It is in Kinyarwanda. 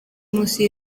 munsi